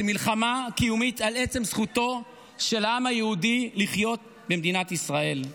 זו מלחמה קיומית על עצם זכותו של העם יהודי לחיות במדינת ישראל.